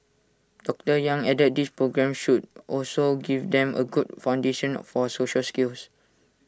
doctor yang added that these programmes should also give them A good foundation for social skills